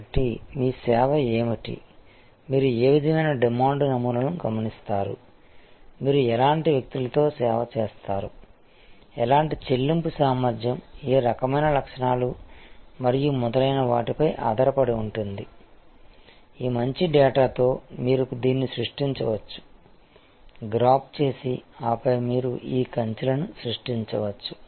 కాబట్టి మీ సేవ ఏమిటి మీరు ఏ విధమైన డిమాండ్ నమూనాలను గమనిస్తారు మీరు ఎలాంటి వ్యక్తులతో సేవ చేస్తారు ఎలాంటి చెల్లింపు సామర్థ్యం ఏ రకమైన లక్షణాలు మరియు మొదలైన వాటిపై ఆధారపడి ఉంటుంది ఈ మంచి డేటాతో మీరు దీన్ని సృష్టించవచ్చు గ్రాఫ్ చేసి ఆపై మీరు ఈ కంచెలను సృష్టించవచ్చు